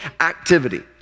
activity